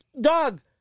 dog